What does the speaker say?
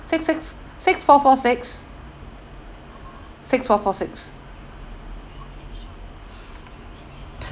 six six six four four six six four four six